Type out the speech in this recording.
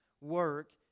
work